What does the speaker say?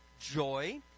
joy